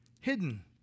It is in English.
hidden